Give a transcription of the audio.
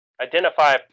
identify